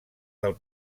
del